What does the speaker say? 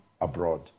abroad